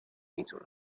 isola